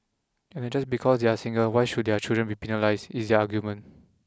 and that just because they are single why should their children be penalised is their argument